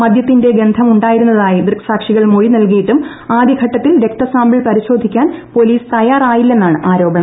മദ്യത്തിന്റെ ഗന്ധമുണ്ടായിരുന്നതായി ദൃക് സാക്ഷികൾ മൊഴിനൽകിയിട്ടും ആദ്യഘട്ടത്തിൽ രക്തസാമ്പിൾ പരിശോധിക്കാൻ പൊലീസ് തയ്യാറായില്ലെന്നാണ് ആരോപണം